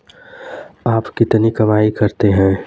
आप कितनी कमाई करते हैं?